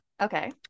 Okay